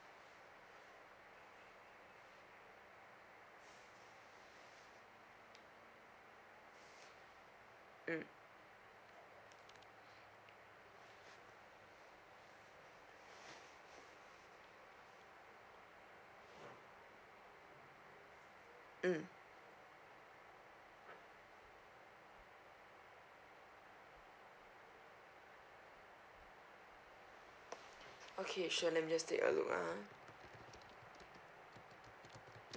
mm mm okay sure let me just take a look ah